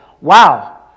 Wow